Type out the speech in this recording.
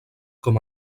com